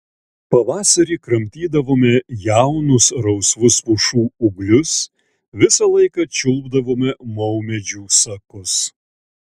pavasarį kramtydavome jaunus rausvus pušų ūglius visą laiką čiulpdavome maumedžių sakus